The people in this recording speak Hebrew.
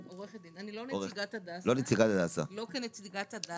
אני לא כנציגת הדסה.